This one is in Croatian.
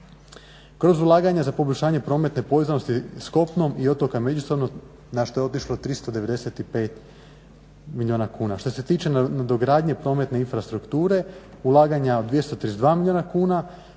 kroz ulaganja za poboljšanje prometne povezanosti s kopnom i otoka međusobno na što je otišlo 395 milijuna kuna. Što se tiče nadogradnje prometne infrastrukture ulaganja od 232 milijuna kuna,